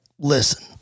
listen